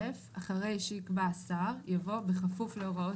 בסעיף קטן (א) אחרי "שיקבע השר" יבוא "בכפוף להוראות